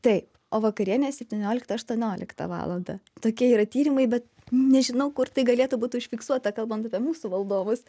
taip o vakarienė septynioliktą aštuonioliktą valandą tokie yra tyrimai be nežinau kur tai galėtų būt užfiksuota kalbant apie mūsų valdovus